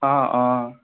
অঁ অঁ